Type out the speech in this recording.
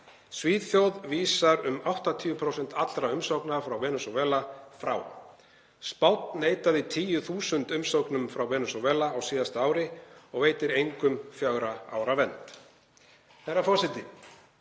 Svíþjóð vísar um 80% allra umsókna frá Venesúela frá. Spánn neitaði 10.000 umsóknum frá Venesúela á síðasta ári og veitir engum fjögurra ára vernd. Herra forseti.